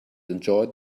enjoyed